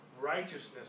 righteousness